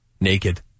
naked